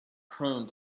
chrome